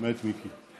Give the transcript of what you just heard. באמת מיקי,